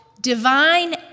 divine